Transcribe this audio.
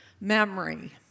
memory